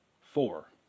Four